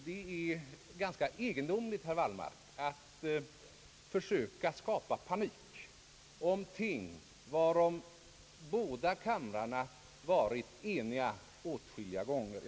Det är ganska egendomligt, herr Wallmark, att försöka skapa panik om ting varom båda kamrarna varit eniga åtskilliga gånger.